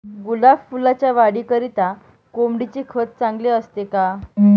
गुलाब फुलाच्या वाढीकरिता कोंबडीचे खत चांगले असते का?